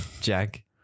Jack